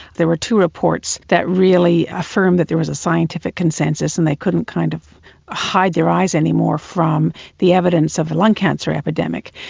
there were two reports that really affirmed that there was a scientific consensus and they couldn't kind of hide their eyes anymore from the evidence of the lung cancer epidemic.